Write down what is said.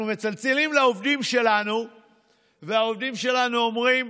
אנחנו מצלצלים לעובדים שלנו והעובדים שלנו אומרים: